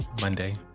Monday